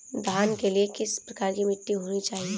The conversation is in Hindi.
धान के लिए किस प्रकार की मिट्टी होनी चाहिए?